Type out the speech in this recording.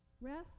Rest